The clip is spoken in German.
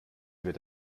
wird